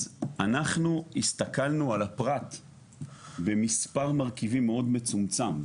אנחנו הסתכלנו על הפרט במספר מרכיבים מאוד מצומצם.